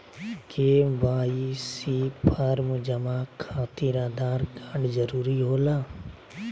KYC form जमा खातिर Aadhaar card जरूरी होला?